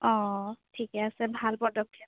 অঁ ঠিকে আছে ভাল পদক্ষেপ